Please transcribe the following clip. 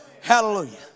Hallelujah